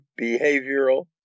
behavioral